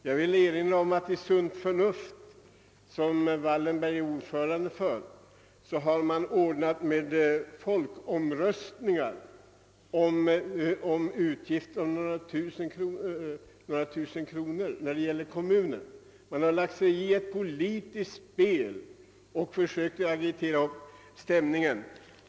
Jag vill erinra om att Sunt Förnuft, organ för en sammanslutning där herr Wallenberg själv är ordförande, har anordnat folkomröstning om utgifter för kommuner på några tusen kronor. Man har lagt sig i ett politiskt spel och försökt agitera upp stämningen.